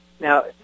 Now